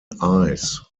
ice